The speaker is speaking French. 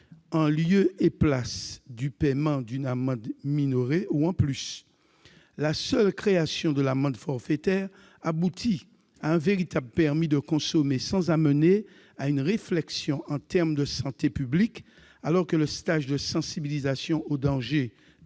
ou en plus, du paiement d'une amende minorée. La seule création de l'amende forfaitaire aboutit à un véritable permis de consommer sans amener à une réflexion en termes de santé publique, alors que le stage de sensibilisation aux dangers de l'usage de produits stupéfiants